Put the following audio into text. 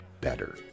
better